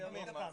אותך,